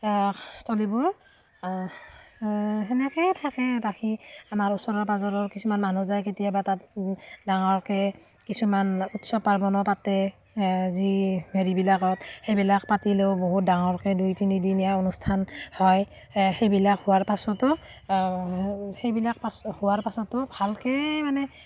স্থলীবোৰ সেনেকৈয়ে থাকে ৰাখি আমাৰ ওচৰৰ পাঁজৰৰ কিছুমান মানুহ যায় কেতিয়াবা তাত ডাঙৰকৈ কিছুমান উৎসৱ পাৰ্বণো পাতে যি হেৰিবিলাকত সেইবিলাক পাতিলৈও বহুত ডাঙৰকৈ দুই তিনিদিনীয়া অনুষ্ঠান হয় সেইবিলাক হোৱাৰ পাছতো সেইবিলাক পাছ হোৱাৰ পাছতো ভালকৈ মানে